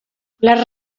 les